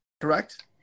correct